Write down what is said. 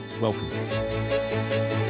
welcome